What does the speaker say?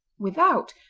without,